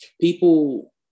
people